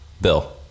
Bill